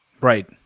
Right